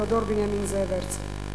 תיאודור בנימין זאב הרצל,